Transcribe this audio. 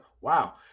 wow